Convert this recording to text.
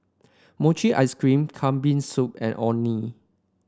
Mochi Ice Cream Kambing Soup and Orh Nee